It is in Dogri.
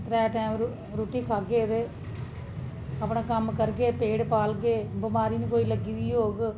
त्रै टाइम पर रुट्टी खाह्गे ते अपना कम्म करगे पेट पालगे बमारी नेईं कोई लग्गी दी होग